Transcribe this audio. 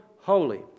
holy